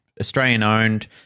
Australian-owned